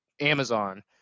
Amazon